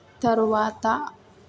తరువాత